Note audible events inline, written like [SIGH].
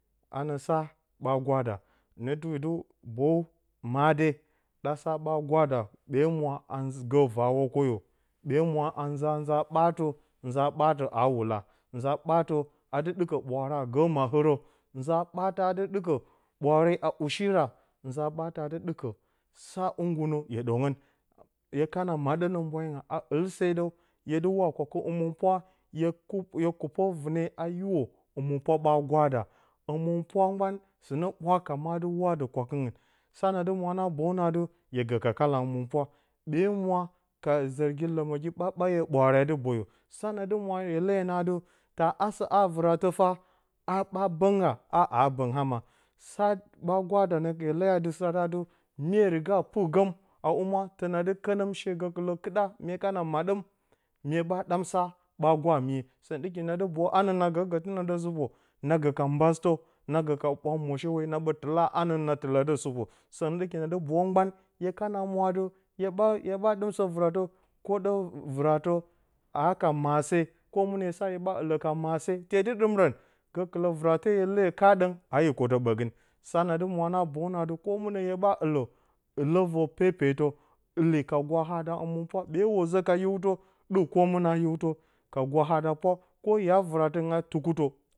A nə sa ɓa gwada hɨnə tɨni dɨ boyu maɗe ɗa sa ɓa gwada ɓe mwa a [HESITATION] gə vawo koyə ɓe mwa a nza-nza ɓatə nza ɓatə a wula za ɓatə a dɨ ɗɨko ɓwaara a gə mahɨrə nza ɓatə a dɨ dɨka mya ushi ma nza ɓatə a dɨ ɗɨko wungunə hye ɗəngɨn hye kana maɗə nə mbwayinga a ɨl se dəw hye də wa kwakɨ həmɨnpwa hye kupo vɨne a hiwe həmɨnpwa ba gwada həmɨnpwa ɓe mwe ka zɨrgi ləməgi ɓa ɓaye ɓwaare a dɨ boyə sa na dɨ mwe hye leyə na dɨ ta asə a ha vɨratə fah a ɓa bəgra a a bəng ama sa ɓa gwada nə ye leya dɨ sa ta dɨ mye riga pɨr gəm a humwa təna dɨ kɨnəmshe gəkələ kɨɗa mye kana maɗəm mye ɓa ɗam sa ɓa gwamiye sɨng ɗɨki na dɨ boyu hanəna gəgətɨ nə də sɨpo na gə ka mbastə na gə ɓwa moshəwe na ɓə tɨla hanə na tɨlə də sɨpo sɨng ɗɨki na ɗɨ bow mban hye ka na ma atiɨ hye ɓa hye ɓa dɨm sɨ vɨratə koɗə vɨratə a ka mase koh mɨnə hye sa hye ɓa ilə ka mase te də ɗɨmrən gəkələ vɨrate kaɗɨng a yə ko tə ɓəgən sa na dɨ mo ɓa boyəwnə koh mɨnə hya ɨlə ɨlə və pepetə ɨle kai gwu a da həmɨnpwa ɓe woz a hiwtə ɗik koh mɨnə a hiwtə ka gwa a da pwa koh ya vɨratɨngɨna tukutə.